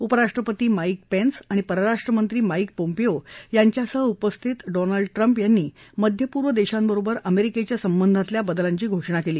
उपराष्ट्रपति Mike Pence आणि परराष्ट्र मंत्री माक्रि पोम्पियो यांच्यासह उपस्थित डोनाल्ड ट्रंप यांनी मध्य पूर्व देशांबरोबर अमेरिकेच्या संबंधातील बदलाची घोषणा केली